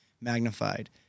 magnified